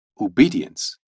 obedience